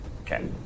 Okay